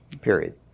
period